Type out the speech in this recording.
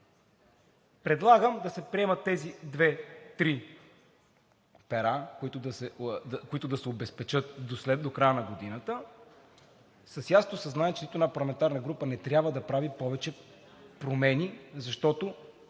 Предлагам да се приемат тези две-три пера, които да се обезпечат до края на годината с ясното съзнание, че нито една парламентарна група не трябва да прави повече промени, защото